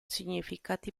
significati